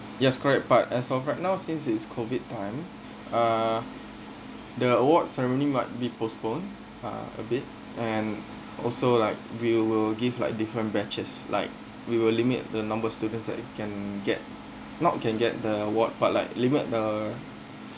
yes correct but as of right now since it's COVID time uh the awards ceremony might be postponed uh a bit and also like we will give like different batches like we will limit the number students that we can get not can get the award but like limit uh